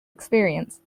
experience